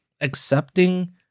accepting